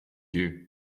you